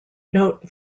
note